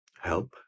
help